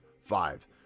five